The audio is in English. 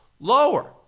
lower